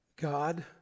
God